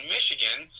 Michigan